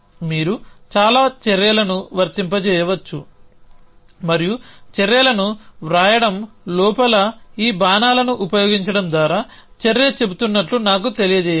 మీరు చాలా చర్యలను వర్తింపజేయవచ్చు మరియు చర్యలను వ్రాయడం లోపల ఈ బాణాలను ఉపయోగించడం ద్వారా చర్య చెబుతున్నట్లు నాకు తెలియజేయండి